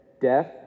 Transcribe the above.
death